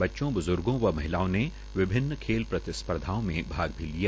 बच्चों ब्जूर्गो व महिलाओं ने विभिन्न खेल स्पर्धाओं में भाग लिया